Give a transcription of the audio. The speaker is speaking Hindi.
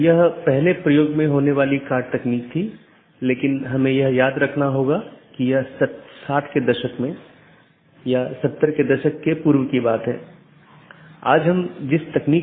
यहाँ दो प्रकार के पड़ोसी हो सकते हैं एक ऑटॉनमस सिस्टमों के भीतर के पड़ोसी और दूसरा ऑटॉनमस सिस्टमों के पड़ोसी